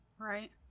Right